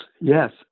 yes